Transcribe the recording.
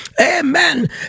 amen